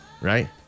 Right